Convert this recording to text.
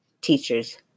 Teachers